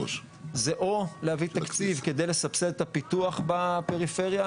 זה או להביא תקציב כדי לסבסד את הפיתוח בפריפריה,